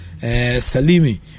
Salimi